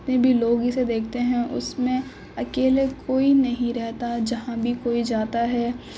جتنے بھی لوگ اسے دیکھتے ہیں اس میں اکیلے کوئی نہیں رہتا جہاں بھی کوئی جاتا ہے